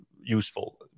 useful